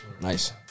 Nice